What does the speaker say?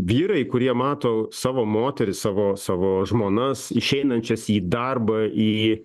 vyrai kurie mato savo moteris savo savo žmonas išeinančias į darbą į